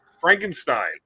Frankenstein